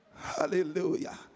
Hallelujah